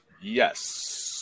Yes